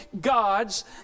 gods